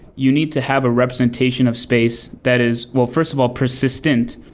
you need to have a representation of space that is, well, first of all, persistent.